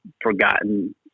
forgotten